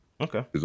okay